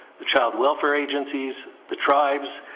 the child welfare agencies, the tribes,